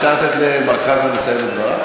אפשר לתת למר חזן לסיים את דבריו?